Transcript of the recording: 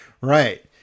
Right